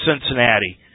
Cincinnati